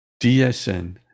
DSN